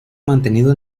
mantenido